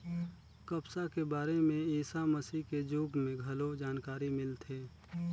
कपसा के बारे में ईसा मसीह के जुग में घलो जानकारी मिलथे